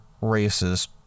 races